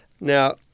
Now